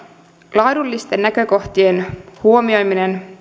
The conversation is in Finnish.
laadullisten näkökohtien huomioiminen